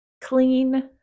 Clean